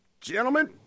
Gentlemen